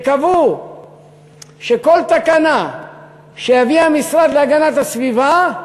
לקבוע שכל תקנה שיביא המשרד להגנת הסביבה,